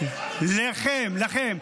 למי אתה, אליכם.